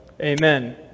Amen